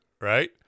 right